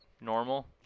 normal